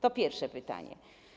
To pierwsze pytanie.